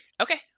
Okay